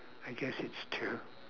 I guess it's two